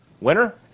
Winner